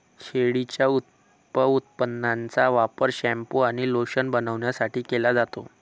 शेळीच्या उपउत्पादनांचा वापर शॅम्पू आणि लोशन बनवण्यासाठी केला जातो